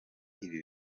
ibi